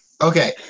Okay